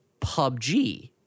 PUBG